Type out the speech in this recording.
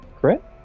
Correct